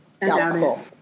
doubtful